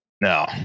No